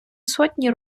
сотні